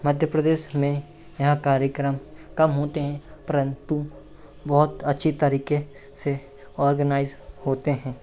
मध्य प्रदेश में यहाँ कार्यक्रम कम होते हैं परन्तु बहुत अच्छे तरीके से ऑर्गेनाइज़ होते हैं